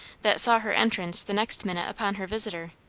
that saw her entrance the next minute upon her visitor.